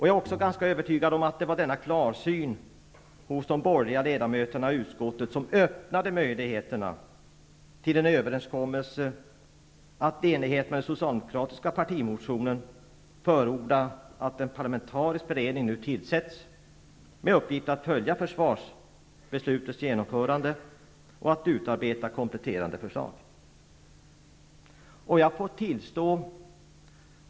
Jag är också övertygad om att det var denna klarsyn hos de borgerliga ledamöterna i utskottet som öppnade möjligheterna till en överenskommelse, att i enlighet med den socialdemokratiska partimotionen förorda att en parlamentarisk beredning nu tillsätts med uppgift att följa försvarsbeslutets genomförande och att utarbeta kompletterande förslag.